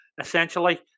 essentially